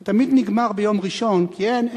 / תמיד נגמר ביום ראשון / כי אין,